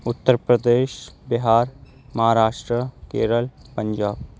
Uttar Pradesh Bihar Maharashtra Kerala Punjab